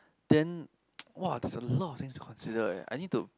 then !wah! there's a lot of things to consider eh I need to